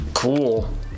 Cool